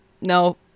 no